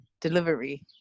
delivery